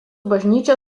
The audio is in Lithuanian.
bažnyčia